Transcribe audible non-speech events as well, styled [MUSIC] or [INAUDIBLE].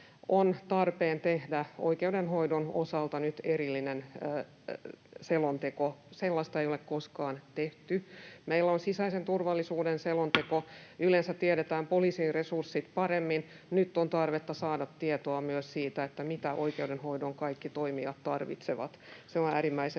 on tarpeen tehdä oikeudenhoidon osalta erillinen selonteko. Sellaista ei ole koskaan tehty. Meillä on sisäisen turvallisuuden selonteko, [NOISE] ja yleensä tiedetään poliisin resurssit paremmin. Nyt on tarvetta saada tietoa myös siitä, mitä oikeudenhoidon kaikki toimijat tarvitsevat. Se on äärimmäisen